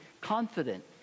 confident